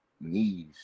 knees